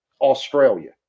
Australia